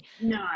No